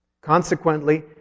Consequently